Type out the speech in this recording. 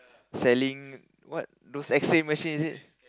selling what those X-Ray machine is it